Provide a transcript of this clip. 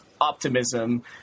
optimism